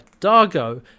Dargo